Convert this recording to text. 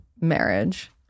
marriage